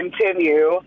continue